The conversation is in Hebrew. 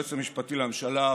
היועץ המשפטי לממשלה,